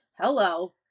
hello